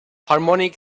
harmonic